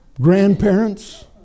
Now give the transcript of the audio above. grandparents